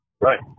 Right